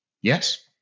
Yes